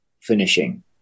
finishing